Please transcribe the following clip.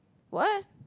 what